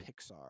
Pixar